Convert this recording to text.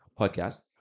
Podcast